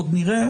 עוד נראה.